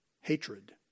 hatred